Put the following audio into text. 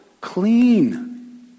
clean